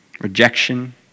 rejection